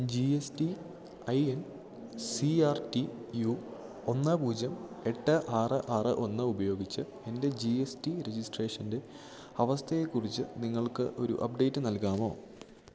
G S T I N C R T U ഒന്ന് പൂജ്യം എട്ട് ആറ് ആറ് ഒന്ന് ഉപയോഗിച്ച് എൻ്റെ ജി എസ് ടി രജിസ്ട്രേഷൻ്റെ അവസ്ഥയെക്കുറിച്ച് നിങ്ങൾക്ക് ഒരു അപ്ഡേറ്റ് നൽകാമോ